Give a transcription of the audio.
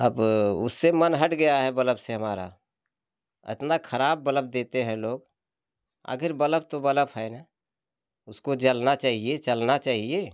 अब उससे मन हट गया है बलब से हमारा इतना खराब बलब देते हैं लोग आखिर बलब तो बलब है ना उसको जलना चहिए चलना चाहिए